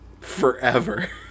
Forever